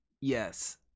Yes